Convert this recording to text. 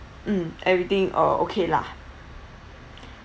hmm everything orh okay lah